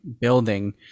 building